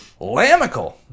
Lamical